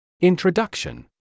Introduction